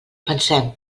pensem